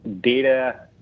data